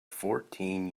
fourteen